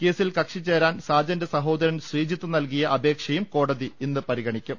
കേസിൽ കക്ഷി ചേരാൻ സാജന്റെ സഹോ ദരൻ ശ്രീജിത്ത് നൽകിയ അപേക്ഷയും കോടതി ഇന്ന് പരിഗണി ക്കും